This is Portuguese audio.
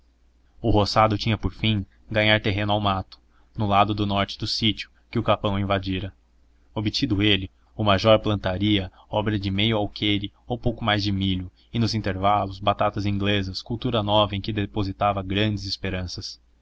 o roçado tinha por fim ganhar terreno ao mato no lado norte do sítio que o capão invadira obtido ele o major plantaria obra de meio alqueire ou pouco mais de milho e nos intervalos batatasinglesas cultura nova em que depositava grandes esperanças